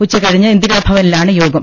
ഉച്ചകഴിഞ്ഞ് ഇന്ദിരാഭവനിലാണ് യോഗം